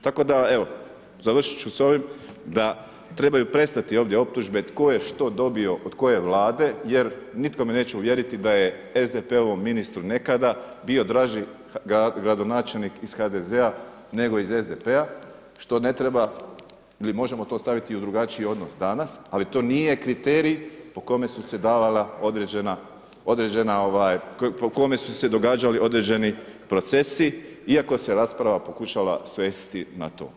Tako da evo, završit ću sa ovim da trebaju prestati ovdje optužbe tko je što dobio od koje Vlade, jer nitko me neće uvjeriti da je SDP-ovom ministru nekada bio traži gradonačelnik iz HDZ-a nego iz SDP-a što ne treba ili možemo to staviti u drugačiji odnos danas, ali to nije kriterij po kome su se davala određena, po kome su se događali određeni procesi iako se rasprava pokušala svesti na to.